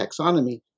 taxonomy